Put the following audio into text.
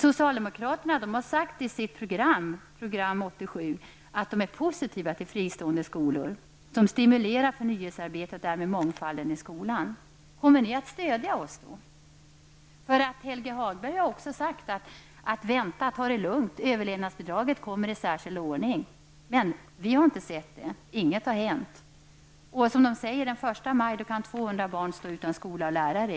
Socialdemokraterna har i sitt eget Program 87 sagt att de är positiva till fristående skolor, som stimulerar förnyelsearbetet och därmed mångfalden i skolorna. Kommer ni att ge ert stöd till en sådan motion? Helge Hagberg har sagt att vi skall ta det lugnt, därför att överlevnadsbidragen kommer i särskild ordning. Men ännu har inget hänt. Den 1 maj kan 200 barn i Norrköping stå utan skola och lärare.